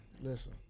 listen